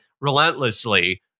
relentlessly